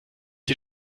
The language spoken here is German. ihr